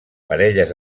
parelles